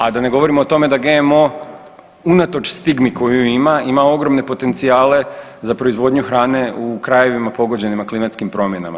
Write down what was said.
A da ne govorimo o tome da GMO unatoč stigmi koju ima, ima ogromne potencijale za proizvodnju hrane u krajevima pogođenim klimatskim promjenama.